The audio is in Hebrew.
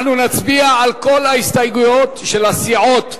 אנחנו נצביע על כל ההסתייגויות של הסיעות שציינתי,